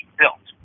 built